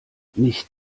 nicht